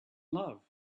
love